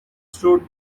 strode